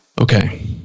Okay